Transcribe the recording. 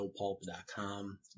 NoPulp.com